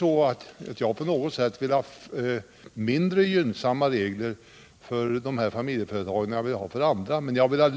Jag vill inte på något sätt ha mindre gynnsamma regler för dessa familjeföretag än för andra företag, men jag vill ha